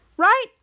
right